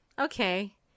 okay